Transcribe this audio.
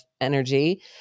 energy